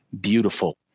beautiful